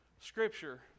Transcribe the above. scripture